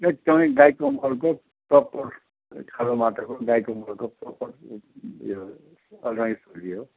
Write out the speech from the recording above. एकदमै गाईको मलको प्रपर कालो माटोको गाईको मोलको प्रपर उयो